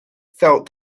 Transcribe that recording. felt